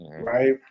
right